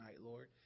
Lord